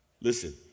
Listen